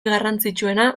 garrantzitsuena